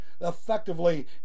effectively